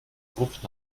gruft